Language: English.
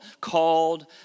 called